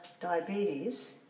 diabetes